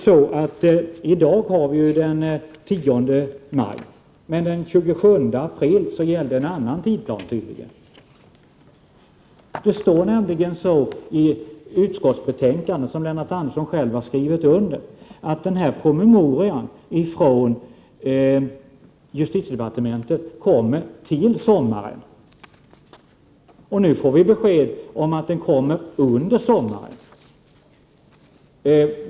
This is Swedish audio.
I dag har vi den 10 maj. Den 27 april gällde tydligen en annan tidsplan. Det heter nämligen i utskottsbetänkandet, som Lennart Andersson själv har skrivit under, att promemorian från justitiedepartementet kommer till sommaren. Nu får jag av Lennart Andersson besked om att den kommer ”under sommaren”.